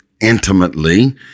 intimately